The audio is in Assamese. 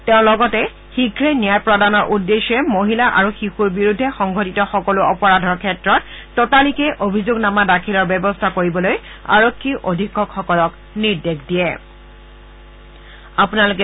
তেওঁ লগতে শীঘ্ৰে ন্যায় প্ৰদানৰ উদ্দেশ্যে মহিলা আৰু শিশুৰ বিৰুদ্ধে সংঘটিত সকলো অপৰাধৰ ক্ষেত্ৰত ততালিকে অভিযোগনামা দাখিলৰ ব্যৱস্থা কৰিবলৈ আৰক্ষী অধীক্ষকসকলক নিৰ্দেশ দিয়ে